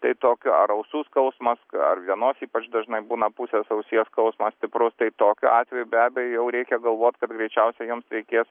tai tokiu ar ausų skausmas ar vienos ypač dažnai būna pusės ausies skausmas stiprus tai tokiu atveju be abejo jau reikia galvot kad greičiausiai jums reikės